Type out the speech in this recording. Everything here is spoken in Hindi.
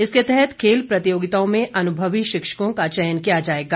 इसके तहत खेल प्रतियोगिताओं में अनुभवी शिक्षकों का चयन किया जाएगा